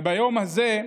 וביום הזה,